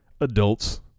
adults